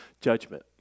judgment